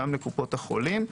גם לקופות החולים.